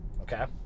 Okay